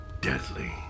deadly